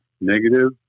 negative